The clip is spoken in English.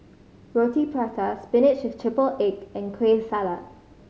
Roti Prata spinach with triple egg and Kueh Salat